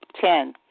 Ten